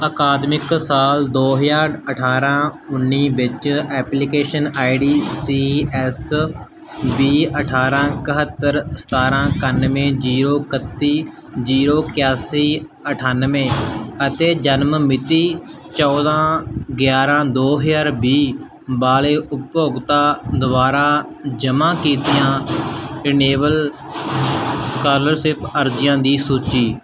ਅਕਾਦਮਿਕ ਸਾਲ ਦੋ ਹਜ਼ਾਰ ਅਠਾਰਾਂ ਉੱਨੀ ਵਿੱਚ application I D C S ਵੀਹ ਅਠਾਰਾਂ ਇਕਹੱਤਰ ਸਤਾਰਾਂ ਇਕਾਨਵੇਂ ਜੀਰੋ ਇਕੱਤੀ ਜੀਰੋ ਇਕਾਸੀ ਅਠਾਨਵੇਂ ਅਤੇ ਜਨਮ ਮਿਤੀ ਚੌਦਾਂ ਗਿਆਰਾਂ ਦੋ ਹਜ਼ਾਰ ਵੀਹ ਵਾਲੇ ਉਪਭੋਗਤਾ ਦੁਆਰਾ ਜਮ੍ਹਾਂ ਕੀਤੀਆਂ ਰਿਨਿਵੇਲ ਸਕਾਲਰਸ਼ਿਪ ਅਰਜ਼ੀਆਂ ਦੀ ਸੂਚੀ